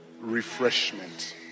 Refreshment